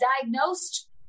diagnosed